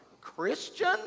Christian